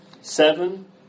Seven